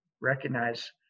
recognize